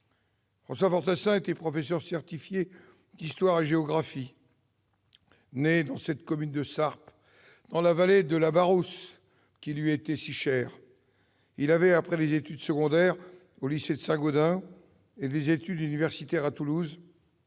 François Fortassin était professeur certifié d'histoire-géographie. Né le 2 août 1939 dans cette commune de Sarp, dans la vallée de la Barousse qui lui était si chère, il avait, après des études secondaires au lycée de Saint-Gaudens et des études universitaires à Toulouse,